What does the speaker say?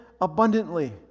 abundantly